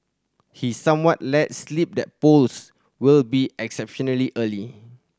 he somewhat let slip that polls will be exceptionally early